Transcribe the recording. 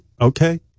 okay